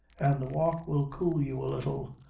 an' the walk will cool you a little.